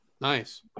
nice